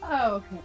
Okay